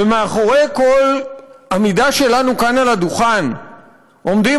ומאחורי כל עמידה שלנו כאן על הדוכן עומדים